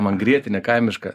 man grietinė kaimiška